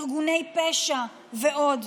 ארגוני פשע ועוד,